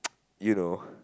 you know